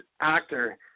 actor